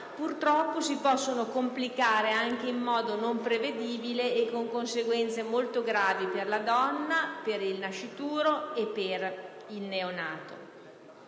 purtroppo si possono complicare anche in modo non prevedibile con conseguenze molto gravi per la donna, per il nascituro e per il neonato.